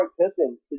Pistons